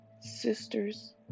sisters